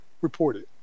reported